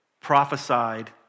prophesied